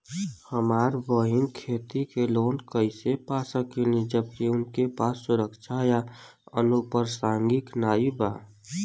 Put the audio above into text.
हमार बहिन खेती के लोन कईसे पा सकेली जबकि उनके पास सुरक्षा या अनुपरसांगिक नाई बा?